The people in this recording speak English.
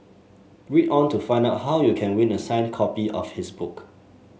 read on to find out how you can win a signed copy of his book